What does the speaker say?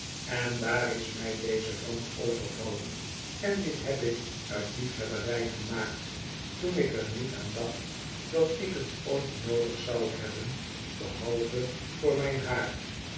en daar is mij deze ramp overvallen en dit heb ik uit liefhebberij gemaakt toen ik er niet aan dacht dat ik t ooit nooclig zou hebben behalve voor mijn haar